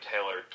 tailored